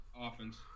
Offense